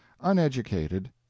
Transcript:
uneducated